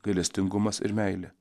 gailestingumas ir meilė